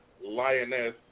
lioness